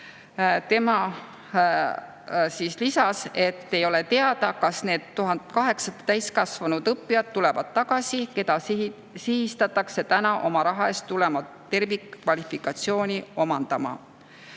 ametnik, lisas, et ei ole teada, kas need 1800 täiskasvanud õppijat tulevad tagasi, keda sihistatakse täna oma raha eest tulema tervikkvalifikatsiooni omandama.